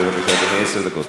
בבקשה, אדוני, עשר דקות.